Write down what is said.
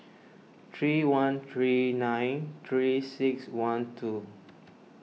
three one three nine three six one two